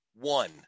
one